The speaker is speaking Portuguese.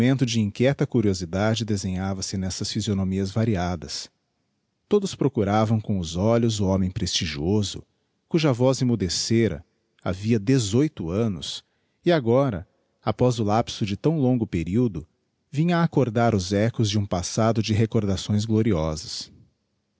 sentimento de inquieta curiosidade desenhava-se nessas physionomias variadas todos procuravam com os olhos o homem prestigioso cuja voz emmudecera havia dezoito annos e agora após o lapso de tão longo periodo vinha acordar os echos de um passado de recordações gloriosas